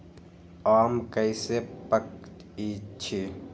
आम कईसे पकईछी?